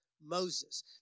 Moses